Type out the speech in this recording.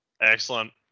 Excellent